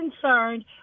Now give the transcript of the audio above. concerned